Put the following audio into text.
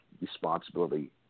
responsibility